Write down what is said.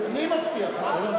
אני מבטיח.